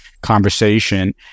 conversation